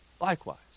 likewise